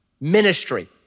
ministry